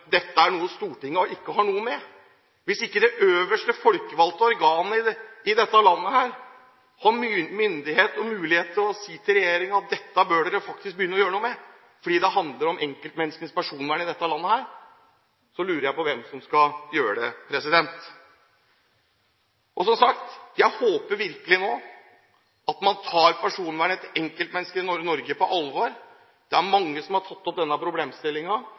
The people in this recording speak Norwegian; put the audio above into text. dette etter hans mening er noe Stortinget ikke har noe med. Hvis ikke det øverste folkevalgte organet i dette landet har myndighet og mulighet til å si til regjeringen at dette bør dere faktisk begynne å gjøre noe med, fordi det handler om enkeltmenneskers personvern i dette landet, lurer jeg på hvem som skal gjøre det. Jeg håper virkelig at man nå tar personvernet til enkeltmennesker i Norge på alvor. Det er mange som har tatt opp denne